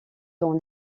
dans